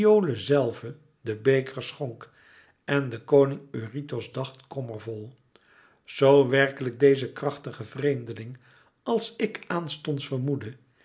zelve den beker schonk en de koning eurytos dacht kommervol zoo werkelijk deze krachtige vreemdeling als ik aanstonds vermoedde